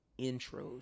intros